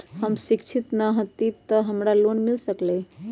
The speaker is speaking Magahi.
हम शिक्षित न हाति तयो हमरा लोन मिल सकलई ह?